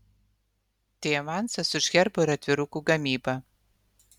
tai avansas už herbo ir atvirukų gamybą